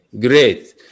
great